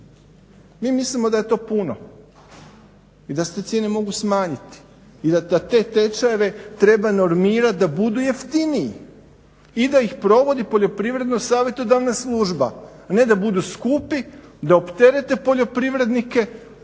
Mi mislimo da je to puno i da se te cijene mogu smanjiti i da te tečajeve treba normirati da budu jeftiniji i da ih provodi poljoprivredno savjetodavna služba a ne da budu skupi, da opterete poljoprivrednike i